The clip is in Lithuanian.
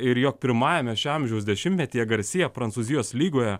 ir jog pirmajame šio amžiaus dešimtmetyje garcia prancūzijos lygoje